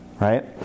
right